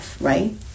right